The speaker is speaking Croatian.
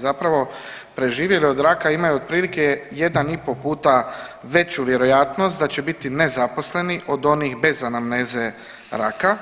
Zapravo preživjeli od raka imaju otprilike jedan i pol puta veću vjerojatnost da će biti nezaposleni od onih bez anamneze raka,